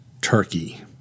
turkey